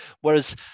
Whereas